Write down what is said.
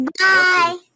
Bye